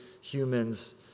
humans